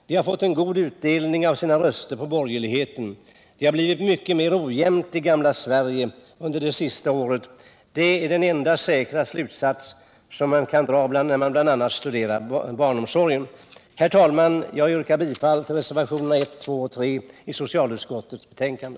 De har fått god utdelning på sina röster för borgerligheten. Det har blivit mycket mera ojämlikt i gamla Sverige under det senaste året. Det är den enda säkra slutsats som man kan dra när man studerar bl.a. barnomsorgen. Herr talman! Jag yrkar bifall till reservationerna 1, 2 och 3 i socialutskottets betänkande.